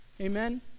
Amen